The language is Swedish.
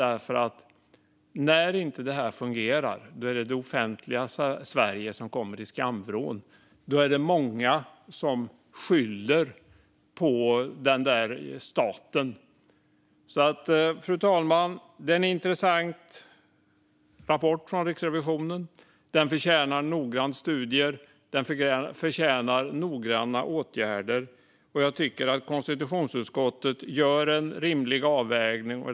När det inte fungerar är det nämligen det offentliga Sverige som hamnar i skamvrån. Då är det många som skyller på den där staten. Fru talman! Riksrevisionens rapport är intressant. Den förtjänar att studeras noggrant. Den förtjänar att följas av noggranna åtgärder. Konstitutionsutskottet gör en rimlig avvägning.